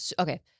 okay